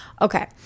Okay